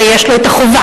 ויש לו החובה,